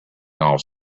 off